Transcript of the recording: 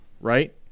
right